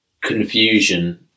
confusion